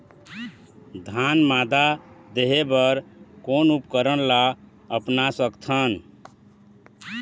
धान मादा देहे बर कोन उपकरण ला अपना सकथन?